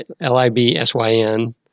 L-I-B-S-Y-N